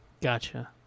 Gotcha